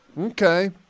okay